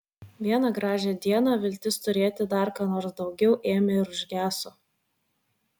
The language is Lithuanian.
vieną gražią dieną viltis turėti dar ką nors daugiau ėmė ir užgeso